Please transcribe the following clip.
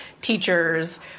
teachers